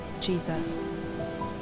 Jesus